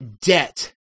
debt